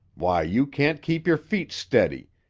why, you can't keep your feet steady,